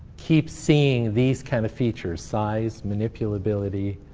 keep seeing these kind of features. size, manipulability,